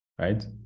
right